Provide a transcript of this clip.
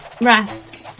rest